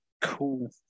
Cool